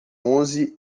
onze